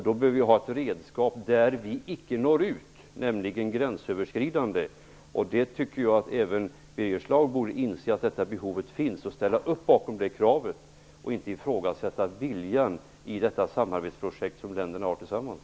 Då behöver vi ha ett redskap för de fall där vi icke når ut, nämligen de gränsöverskridande. Jag tycker att även Birger Schlaug borde inse att detta behov finns och ställa upp bakom det kravet i stället för att ifrågasätta viljan i detta samarbetsprojekt som länderna har tillsammans.